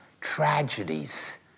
tragedies